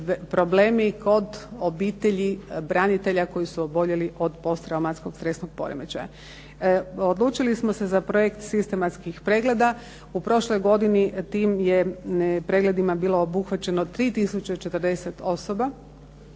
problemi kod obitelji branitelja koji su oboljeli od posttraumatskog stresnog poremećaja. Odlučili smo se za projekt sistematskih pregleda. U prošloj godini tim je pregledima bilo obuhvaćeno 3040 osoba.